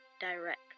direct